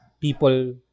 People